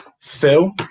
Phil